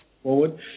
forward